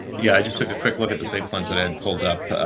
yeah, i just took a quick look at the site. plans that had pulled up